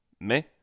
Mais